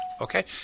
okay